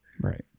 right